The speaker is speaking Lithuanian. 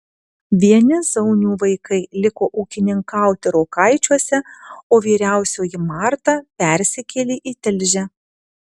vieni zaunių vaikai liko ūkininkauti rokaičiuose o vyriausioji marta persikėlė į tilžę